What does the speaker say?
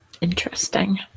Interesting